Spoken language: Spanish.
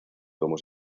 como